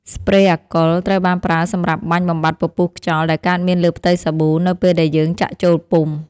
ស្ព្រេ អាកុល ត្រូវបានប្រើសម្រាប់បាញ់បំបាត់ពពុះខ្យល់ដែលកើតមានលើផ្ទៃសាប៊ូនៅពេលដែលយើងចាក់ចូលពុម្ព។